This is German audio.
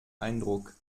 eindruck